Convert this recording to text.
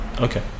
Okay